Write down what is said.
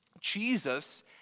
Jesus